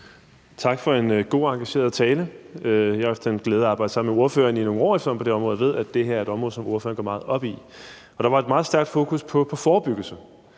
Tak for en god og engageret tale. Jeg har haft den glæde at arbejde sammen med ordføreren i nogle år efterhånden på det område og ved, at det her er et område, som ordføreren går meget op i. Der var et meget stærkt fokus på forebyggelse,